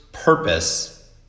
Purpose